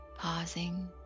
pausing